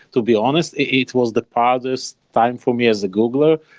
to be honest, it it was the proudest time for me as a googler,